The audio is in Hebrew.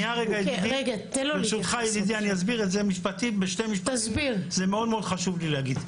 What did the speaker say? אני אסביר את זה משפטית, זה מאוד חשוב לי להגיד.